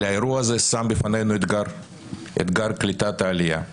האירוע הזה שם בפנינו את אתגר קליטת העלייה.